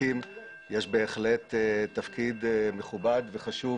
ולמחוקקים יש תפקיד מכובד וחשוב